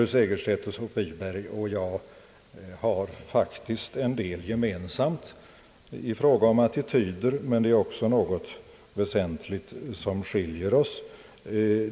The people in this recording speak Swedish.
Fru Segerstedt Wiberg och jag har faktiskt en del gemensamt i fråga om attityder, men det är också något väsentligt som skiljer oss.